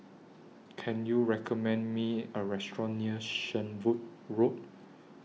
Can YOU recommend Me A Restaurant near Shenvood Road